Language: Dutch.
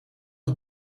een